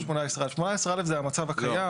18(א) זה המצב הקיים.